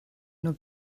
nhw